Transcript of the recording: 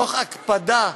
תוך הקפדה,